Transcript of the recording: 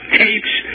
tapes